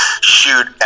shoot